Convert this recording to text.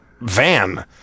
van